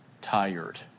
tired